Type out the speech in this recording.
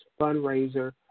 fundraiser